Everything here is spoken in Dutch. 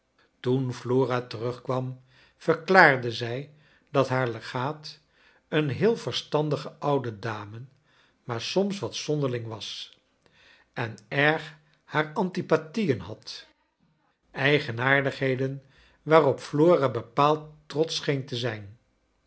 toen flora terugkw t am verklaarde zij dat haar legaat een heel verstandige oude dame maar soms wat zonderiing was en erg haar antipathieen had eigenaardigheden waarop flora bepaald trotsch scheen te ijn